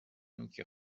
نوک